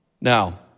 Now